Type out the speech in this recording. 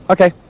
Okay